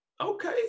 okay